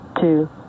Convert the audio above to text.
two